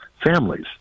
families